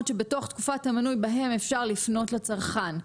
שבתוך תקופת המנוי בהן אפשר לפנות לצרכן,